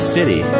City